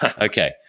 Okay